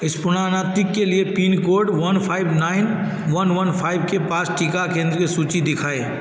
इस्पुनानातिक के लिए pin code one five nine one one five के पास टीका केंद्र की सूची दिखाएँ